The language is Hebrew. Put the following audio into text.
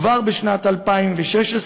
כבר בשנת 2016,